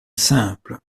simple